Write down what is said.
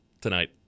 tonight